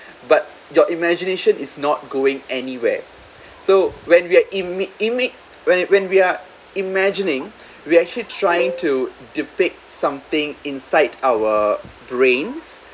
but your imagination is not going anywhere so when we are ima~ ima~ when when we are imagining we actually trying to debate something inside our brain